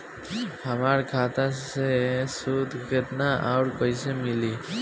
हमार खाता मे सूद केतना आउर कैसे मिलेला?